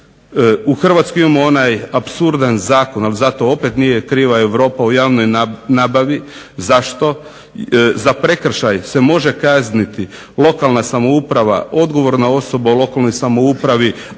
U Hrvatskoj imamo onaj apsurdan zakon, ali zato opet nije kriva Europa u javnoj nabavi. Zašto, za prekršaj se može kazniti lokalna samouprava, odgovorna osoba u lokalnoj samoupravi,